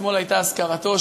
אתמול הייתה אזכרתו,